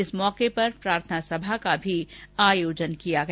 इस मौके पर प्रार्थना सभा का भी आयोजन किया गया